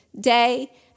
day